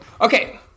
okay